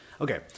okay